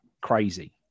crazy